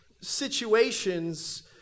situations